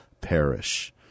perish